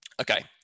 okay